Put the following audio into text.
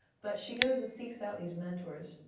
but she goes and seeks out these mentors,